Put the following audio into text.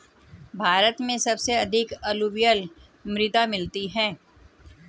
भारत में सबसे अधिक अलूवियल मृदा मिलती है